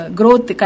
growth